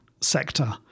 sector